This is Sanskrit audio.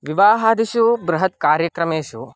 विवाहादिषु बृहत् कार्यक्रमेषु